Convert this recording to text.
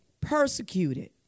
persecuted